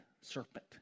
serpent